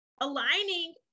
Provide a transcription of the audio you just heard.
aligning